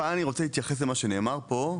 טיפה אני רוצה להתייחס למה שנאמר פה,